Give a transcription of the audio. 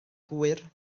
hwyr